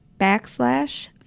backslash